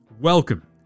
Welcome